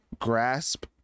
grasp